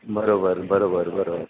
बरोबर बरोबर बरोबर